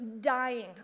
dying